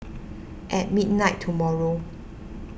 at midnight tomorrow